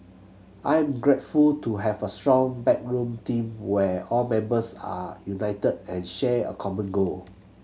I am grateful to have a strong backroom team where all members are united and share a common goal